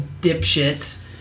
dipshits